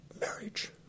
marriage